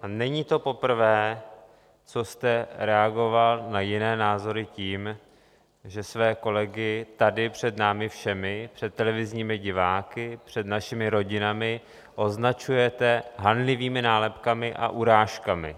A není to poprvé, co jste reagoval na jiné názory tím, že své kolegy tady před námi všemi, před televizními diváky, před našimi rodinami označujete hanlivými nálepkami a urážkami.